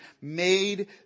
made